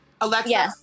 Alexa